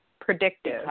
predictive